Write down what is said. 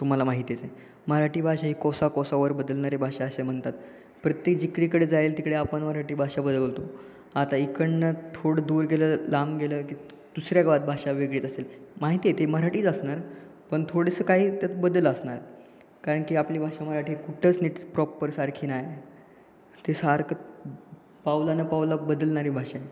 तुम्हाला माहितीच आहे मराठी भाषा ही कोसा कोसावर बदलणारी भाषा असे म्हणतात प्रत्येक जिकडीकडे जाईल तिकडे आपण मराठी भाषा बदलतो आता इकडनं थोडं दूर गेलं लांब गेलं की दुसऱ्या गावात भाषा वेगळीच असेल माहिती आहे ते मराठीच असणार पण थोडंसं काही त्यात बदल असणार कारण की आपली भाषा मराठी कुठंच नीट प्रॉपर सारखी नाही ते सारखं पावला न पावलात बदलणारी भाषा आहे